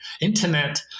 internet